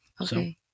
okay